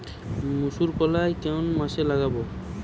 মুসুরকলাই কোন মাসে লাগাব?